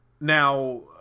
Now